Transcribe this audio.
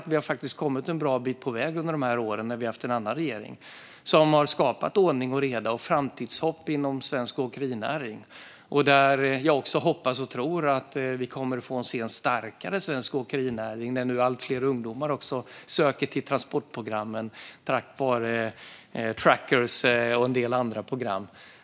Vi har faktiskt kommit en bra bit på väg under de här åren när vi har haft en annan regering som har skapat ordning och reda och framtidshopp inom svensk åkerinäring. Jag hoppas och tror att vi kommer att få se en starkare svensk åkerinäring när allt fler ungdomar nu söker sig till transportprogrammen, tack vare Svenska Truckers och en del andra program.